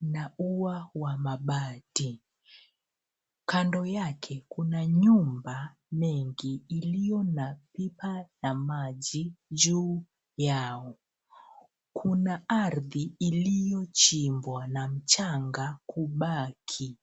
na ua wa mabati. Kando yake kuna nyumba mingi iliyo na pipa la maji juu yao. Kuna ardhi iliyochimbwa na mchanga kubaki.